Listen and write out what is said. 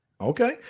Okay